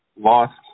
lost